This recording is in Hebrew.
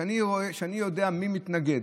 כשאני יודע מי מתנגד